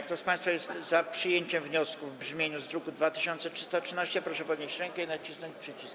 Kto z państwa jest za przyjęciem wniosku w brzmieniu z druku nr 2313, proszę podnieść rękę i nacisnąć przycisk.